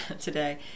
today